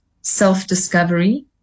self-discovery